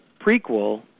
prequel